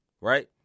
right